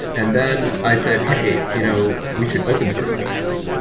and then i said, hey, you know we should open source this.